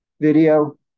video